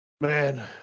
man